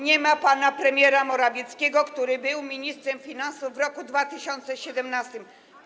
Nie ma pana premiera Morawieckiego, który był ministrem finansów w roku 2017.